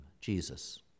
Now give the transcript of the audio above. Jesus